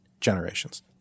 generations